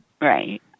Right